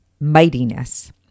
mightiness